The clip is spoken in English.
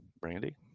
Brandy